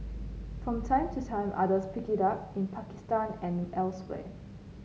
from time to time others pick it up in Pakistan and elsewhere